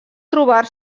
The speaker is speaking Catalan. trobar